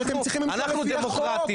תמשלו,